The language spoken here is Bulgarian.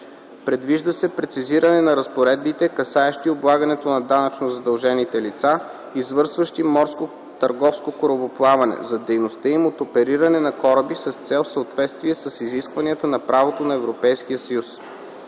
Предвижда се прецизиране на разпоредбите, касаещи облагането на данъчно задължените лица, извършващи морско търговско корабоплаване за дейността им от опериране на кораби с цел съответствие с изискванията на правото на Европейския съюз.